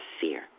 fear